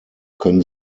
können